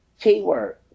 Keyword